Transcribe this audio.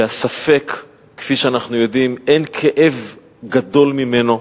שהספק, כפי שאנחנו יודעים, אין כאב גדול ממנו,